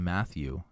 Matthew